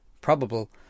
probable